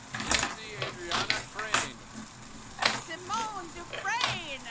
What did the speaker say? lindsey adriana crane samoan dieu frein